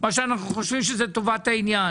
מה שאנחנו חושבים שזה טובת העניין.